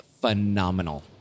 phenomenal